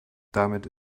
damit